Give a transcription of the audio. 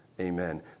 Amen